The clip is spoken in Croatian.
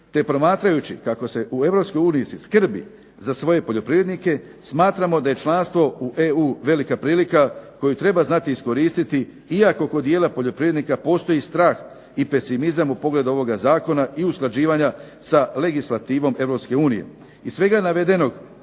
te promatrajući kako se u Europskoj uniji skrbi za svoje poljoprivrednike smatramo da je članstvo u EU velika prilika koju treba znati iskoristiti iako kod dijela poljoprivrednika postoji strah i pesimizam u pogledu ovoga zakona i usklađivanja sa legis lativom